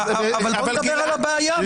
בוא נדבר על הבעיה.